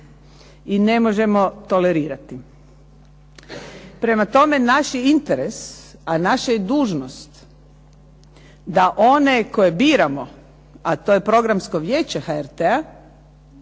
i ne možemo tolerirati. Prema tome, naš je i interes, a naša i dužnost, da one koje biramo, a to je Programsko vijeće HRT-a,